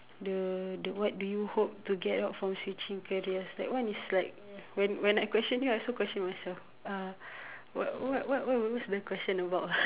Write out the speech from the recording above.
the the what do you hope to get out from switching careers that one is like when when I question you I also question myself uh what what what what is the question about ah